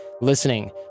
listening